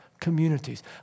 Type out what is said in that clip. communities